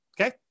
Okay